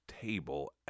table